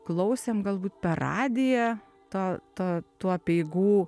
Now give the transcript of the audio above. klausėm galbūt per radiją to to tų apeigų